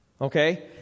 okay